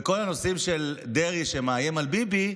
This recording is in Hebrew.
בכל הנושאים של דרעי שמאיים על ביבי,